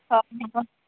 हय न्हू